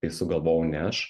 tai sugalvojau ne aš